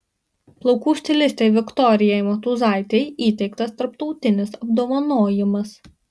plaukų stilistei viktorijai motūzaitei įteiktas tarptautinis apdovanojimas